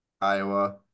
Iowa